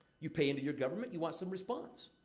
you pay into your government, you want some response.